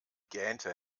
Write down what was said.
gähnte